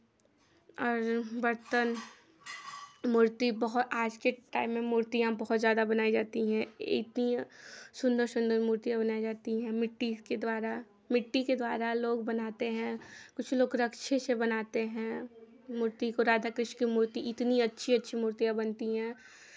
और बर्तन मूर्ति बहुत आज के टाइम में मूर्तियाँ बहुत ज़्यादा बनाई जाती है इतनी सुन्दर सुन्दर मूर्तियाँ बनाई जाती है मिट्टी के द्वारा मिट्टी के द्वारा लोग बनाते हैं कुछ लोग रक्षे से बनाते हैं मूर्ति को राधाकृष्ण की मूर्ति इतनी अच्छी अच्छी मूर्तियाँ बनती है